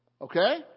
okay